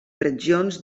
regions